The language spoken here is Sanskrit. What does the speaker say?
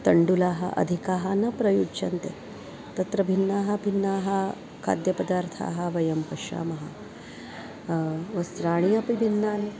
तण्डुलाः अधिकाः न प्रयुज्यन्ते तत्र भिन्नाः भिन्नाः खाद्यपदार्थाः वयं पश्यामः वस्त्राणि अपि भिन्नानि